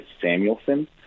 Samuelson